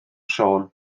siôn